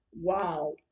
wow